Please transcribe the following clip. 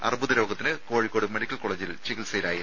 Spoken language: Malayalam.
അർബുദ രോഗത്തിന് കോഴിക്കോട് മെഡിക്കൽ കോളേജിൽ ചികിത്സയിലായിരുന്നു